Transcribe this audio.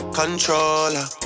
controller